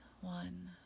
one